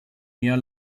eher